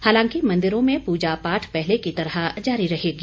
हालांकि मंदिरों में पूजा पाठ पहले की तरह जारी रहेगा